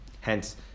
Hence